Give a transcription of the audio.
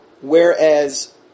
Whereas